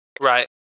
Right